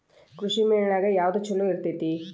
ಕೃಷಿಮೇಳ ನ್ಯಾಗ ಯಾವ್ದ ಛಲೋ ಇರ್ತೆತಿ?